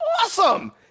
awesome